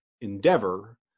endeavor